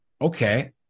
Okay